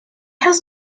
has